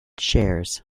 shares